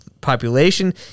population